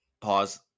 pause